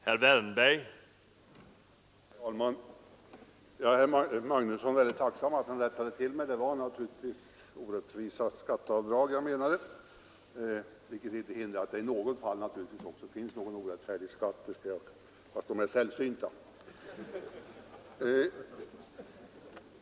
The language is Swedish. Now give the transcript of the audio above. Herr talman! Jag är herr Magnusson i Borås väldigt tacksam att han rättat mig. Det var naturligtvis orättvisa skatteavdrag jag menade, vilket inte hindrar att det i något sällsynt fall också finns orättvis skatt.